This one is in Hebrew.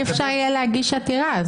אי אפשר יהיה להגיש עתירה.